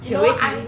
she always late